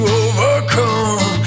overcome